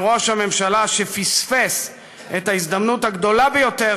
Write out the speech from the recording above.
כראש הממשלה שפספס את ההזדמנות הגדולה ביותר